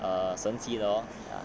err 升级了 lor